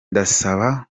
ndabasaba